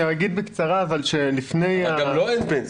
אומר שעל פי